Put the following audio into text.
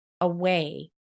away